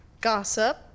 Gossip